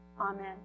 Amen